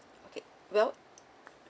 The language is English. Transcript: okay well